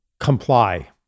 comply